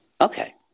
okay